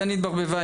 דנית ברביבאי,